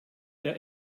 der